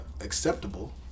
acceptable